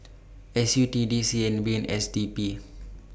S U T D C N B and S D B